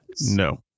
No